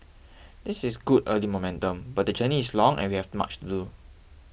this is good early momentum but the journey is long and we have much to do